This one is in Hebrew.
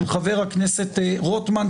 של חבר הכנסת רוטמן,